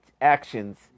actions